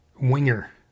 Winger